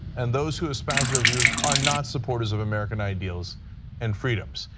and those who espouse their views are not supporters of american ideals and freedoms.